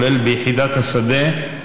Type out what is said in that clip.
כולל ביחידת השדה,